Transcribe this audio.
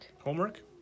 Homework